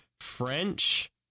French